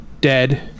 dead